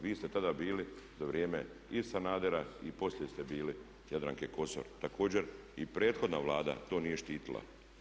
Vi ste tada bili za vrijeme i Sanadera i poslije ste bili Jadranke Kosor, također i prethodna Vlada to nije štitila.